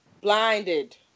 Blinded